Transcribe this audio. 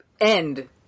End